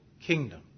kingdom